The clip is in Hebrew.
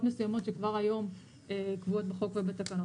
מסוימות שכבר היום קבועות בחוק ובתקנות.